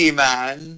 man